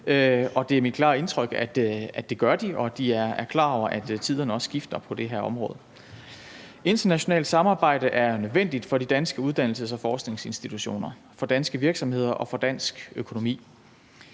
det er mit klare indtryk, at det gør de, og at de er klar over, at tiderne også skifter på det her område. Internationalt samarbejde er nødvendigt for de danske uddannelses- og forskningsinstitutioner, for danske virksomheder og for dansk økonomi.